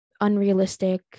unrealistic